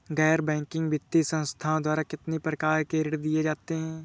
गैर बैंकिंग वित्तीय संस्थाओं द्वारा कितनी प्रकार के ऋण दिए जाते हैं?